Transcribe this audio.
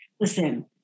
Listen